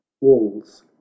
walls